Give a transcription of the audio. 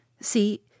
See